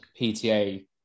PTA